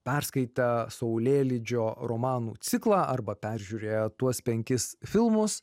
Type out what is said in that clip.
perskaitę saulėlydžio romanų ciklą arba peržiūrėję tuos penkis filmus